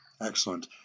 Excellent